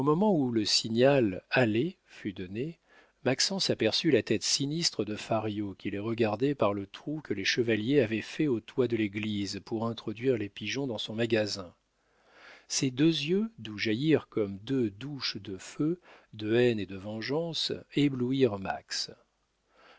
où le signal allez fut donné maxence aperçut la tête sinistre de fario qui les regardait par le trou que les chevaliers avaient fait au toit de l'église pour introduire les pigeons dans son magasin ces deux yeux d'où jaillirent comme deux douches de feu de haine et de vengeance éblouirent max